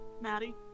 Maddie